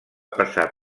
passar